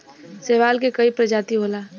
शैवाल के कई प्रजाति होला